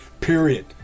Period